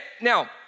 now